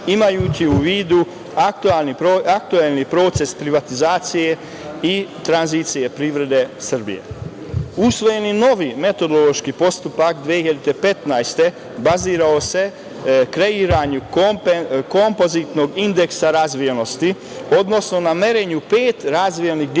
imajući u vidu aktuelni proces privatizacije i tranzicije privrede Srbije. Usvojeni novi metodološki postupak 2015. godine bazirao se na kreiranju kompozitnog indeksa razvijenosti, odnosno na merenju pet razvojnih dimenzija